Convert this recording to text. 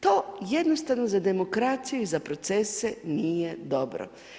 To jednostavno za demokraciju i za procese nije dobro.